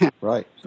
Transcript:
right